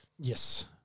Yes